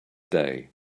day